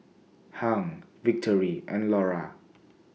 Hung Victory and Laura